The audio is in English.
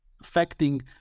affecting